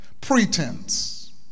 Pretense